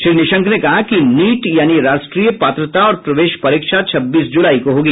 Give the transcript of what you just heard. श्री निशंक ने कहा कि नीट यानी राष्ट्रीय पात्रता और प्रवेश परीक्षा छब्बीस जुलाई को होगी